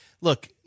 Look